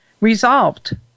resolved